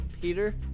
Peter